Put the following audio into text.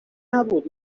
نبود